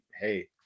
hey